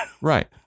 Right